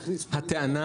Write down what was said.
מה הקשר?